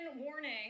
warning